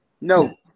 No